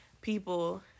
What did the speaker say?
people